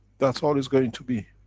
that's all it's going to be.